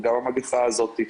וגם המגפה הזאת.